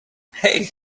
hey